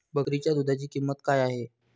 बकरीच्या दूधाची किंमत काय आहे?